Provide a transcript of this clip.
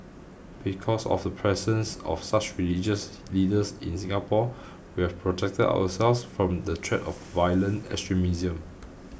because of the presence of such religious leaders in Singapore we have protected ourselves from the threat of violent extremism